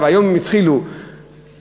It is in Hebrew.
היום הם התחילו את,